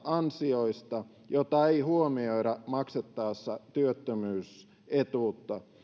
ansioista jota ei huomioida maksettaessa työttömyysetuutta